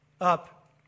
up